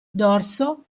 dorso